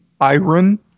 iron